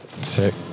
Sick